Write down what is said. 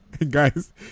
Guys